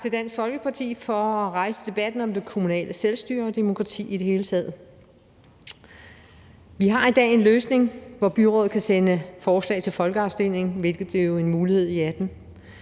Tak til Dansk Folkeparti for at rejse debatten om det kommunale selvstyre og demokrati i det hele taget. Vi har i dag en løsning, hvor byrådet kan sende forslag til folkeafstemning, hvilket blev en mulighed i 2018.